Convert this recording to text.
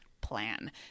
plan